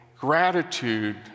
gratitude